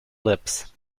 lips